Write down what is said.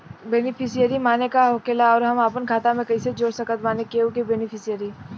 Beneficiary माने का होखेला और हम आपन खाता मे कैसे जोड़ सकत बानी केहु के बेनीफिसियरी?